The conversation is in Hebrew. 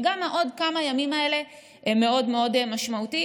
וגם הכמה-ימים האלה הם מאוד מאוד משמעותיים.